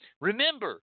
Remember